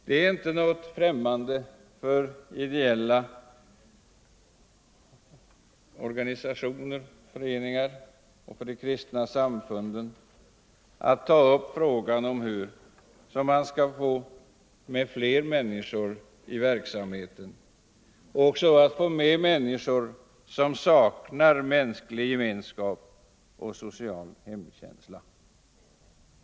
Det är inte främmande för ideella organisationer, föreningar och kristna samfund att ta upp frågan om hur man skall få med fler människor i verksamheten och då även människor som saknar mänsklig gemenskap och social hemkänsla.